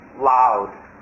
loud